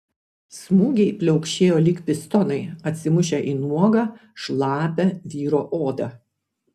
smūgiai pliaukšėjo lyg pistonai atsimušę į nuogą šlapią vyro odą